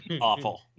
awful